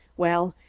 well,